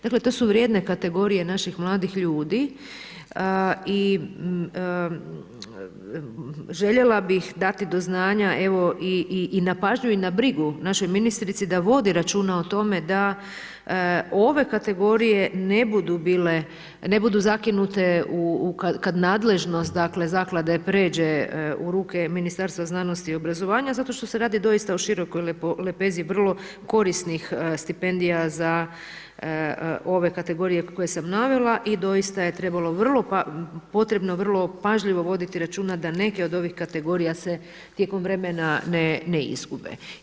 Dakle to su vrijedne kategorije naših mladih ljudi i željela bih dati do znanja evo i na pažnju i na brigu našoj ministrici da vodi računa o tome da ove kategorije ne budu zakinute kad nadležnost zaklade pređe u ruke Ministarstva znanosti i obrazovanja zato što se radi doista o širokoj lepezi vrlo korisnih stipendija za ove kategorije koje sam navela i doista je trebalo vrlo potrebno, vrlo pažljivo voditi računa da neke od ovih kategorija se tijekom vremena ne izgube.